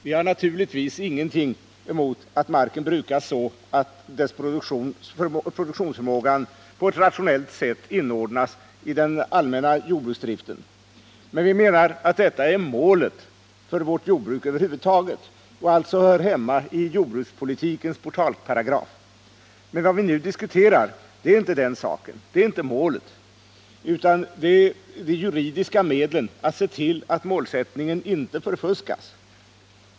Vi har naturligtvis ingenting emot att marken brukas så att produktionsförmågan på ett rationellt sätt inordnas i den allmänna jordbruksdriften, men vi menar att detta är målet för vårt jordbruk över huvud taget och alltså hör hemma i jordbrukspolitikens portalparagraf. Vad vi nu diskuterar är inte den saken, det är inte målet, utan det är de juridiska medlen för att se till att målsättningen inte förfuskas.